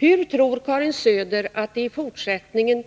Hur tror Karin Söder att det i fortsättningen